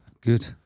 Good